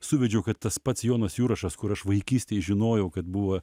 suvedžiau kad tas pats jonas jurašas kur aš vaikystėj žinojau kad buvo